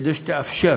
כדי שהיא תאפשר